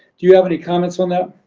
do you have any comments on that?